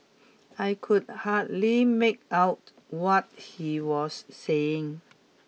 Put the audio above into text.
I could hardly make out what he was saying